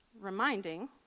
reminding